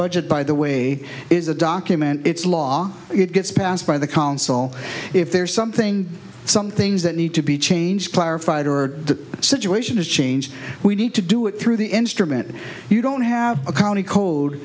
budget by the way is a document it's law it gets passed by the council if there is something some things that need to be changed clarified or the situation is changed we need to do it through the instrument you don't have a county co